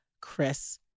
Chris